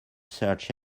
search